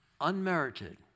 unmerited